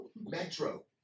Metro